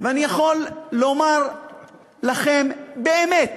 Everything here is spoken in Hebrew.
ואני יכול לומר לכם באמת,